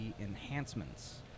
enhancements